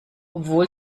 obwohl